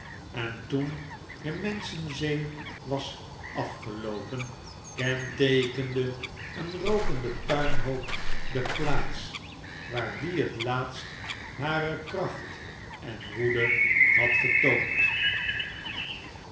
en toen de menschenzee was afgeloopen kenteekende een rookende puinhoop de plaats waar die het laatst hare kracht en woede had getoond